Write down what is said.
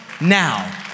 now